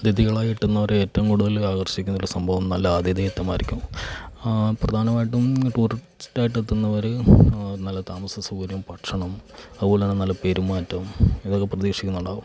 അതിഥികളായിട്ട് എത്തുന്നവർ ഏറ്റവും കൂടുതൽ ആകർഷിക്കുന്നൊരു സംഭവം നല്ല ആദീദേയത്വമായിരിക്കും പ്രധാനമായിട്ടും ടൂറിസ്റ്റായിട്ട് എത്തുന്നവർ നല്ല താമസ സൗകര്യം ഭക്ഷണം അതുപോലെ തന്നെ നല്ല പെരുമാറ്റം ഇതൊക്കെ പ്രതീക്ഷിക്കുന്നുണ്ടാവും